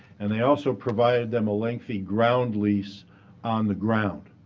and they also provided them a lengthy ground lease on the ground.